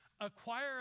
acquire